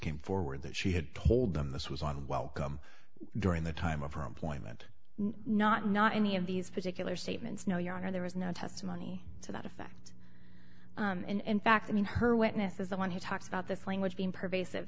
came forward that she had told them this was one welcome during the time of her employment not not any of these particular statements no your honor there was no testimony to that effect in fact i mean her witness is the one who talks about this language being pervasive